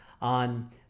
on